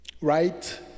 right